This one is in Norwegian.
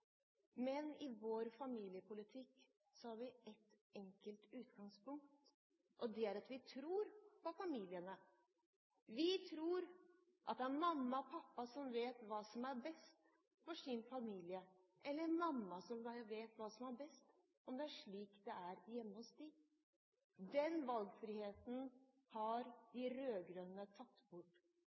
Men i vår familiepolitikk har vi ett enkelt utgangspunkt, og det er at vi tror på familiene. Vi tror at det er mamma og pappa som vet hva som er best for deres familie, eller mamma som vet hva som er best – om det er slik det er hjemme hos dem. Den valgfriheten har de